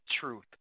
truth